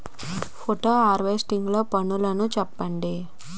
Post harvesting లో పనులను చెప్పండి?